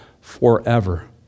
forever